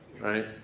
right